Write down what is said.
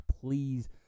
please